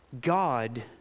God